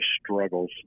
struggles